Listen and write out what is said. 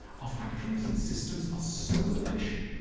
our factories and systems are so efficient,